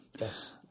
Yes